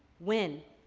when?